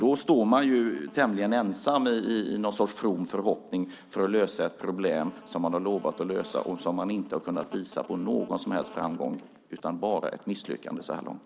Då står man tämligen ensam i någon sorts from förhoppning om att kunna lösa ett problem som man har lovat att lösa men där man inte har kunnat visa någon som helst framgång utan bara ett misslyckande så här långt.